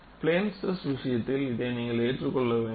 plane stress விஷயத்தில் இதை நீங்கள் ஏற்றுக்கொள்ள வேண்டும்